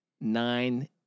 nine